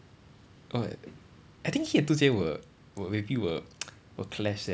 oh I think he and dun jie will will maybe will will clash sia